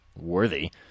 worthy